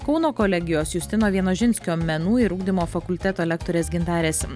kauno kolegijos justino vienožinskio menų ir ugdymo fakulteto lektorės gintarės